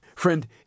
Friend